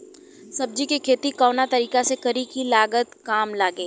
सब्जी के खेती कवना तरीका से करी की लागत काम लगे?